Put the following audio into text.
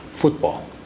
Football